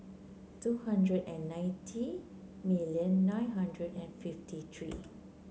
two hundred and ninety million nine hundred and fifty three